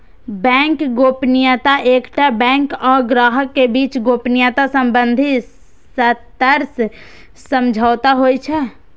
bank गोपनीयता एकटा bank आ ग्राहक के बीच गोपनीयता संबंधी सशर्त समझौता होइ छै